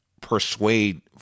persuade